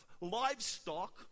livestock